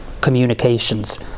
communications